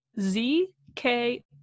Z-K-